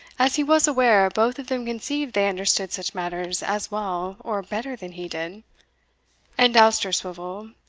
as he was aware both of them conceived they understood such matters as well, or better than he did and dousterswivel,